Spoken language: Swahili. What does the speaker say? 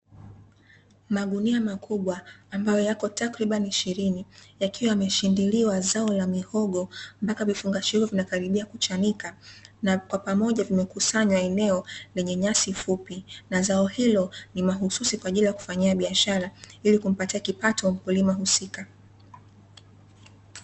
Magunia makubwa ambayo yako takribani ishirini yakiwa yameshindiliwa zao mihogo mpaka vifungashio vinakaribia kuchanika, na kwa pamoja vimekusanywa eneo lenye nyasi fupi na zao hilo ni mahususi kwajili ya kufanyia biashara ili kumpatia kipato mkulima husika .